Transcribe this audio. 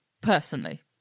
personally